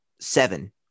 seven